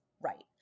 right